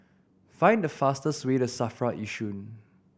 find the fastest way to SAFRA Yishun